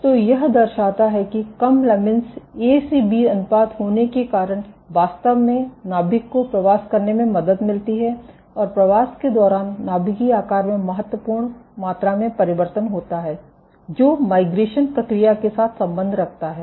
तो यह दर्शाता है कि कम लमीन ए से बी अनुपात होने के कारण वास्तव में नाभिक को प्रवास करने में मदद मिलती है और प्रवास के दौरान नाभिकीय आकार में महत्वपूर्ण मात्रा में परिवर्तन होता है जो माइग्रेशन प्रक्रिया के साथ संबंध रखता है